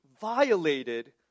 violated